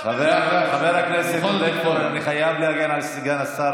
חבר הכנסת עודד פורר, אני חייב להגן על סגן השר.